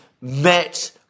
met